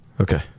Okay